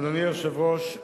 אדוני היושב-ראש,